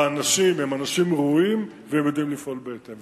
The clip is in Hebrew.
האנשים הם אנשים ראויים, והם יודעים לפעול בהתאם.